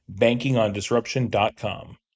bankingondisruption.com